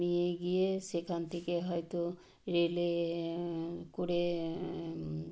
নিয়ে গিয়ে সেখান থেকে হয়তো রেলে করে